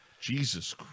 Jesus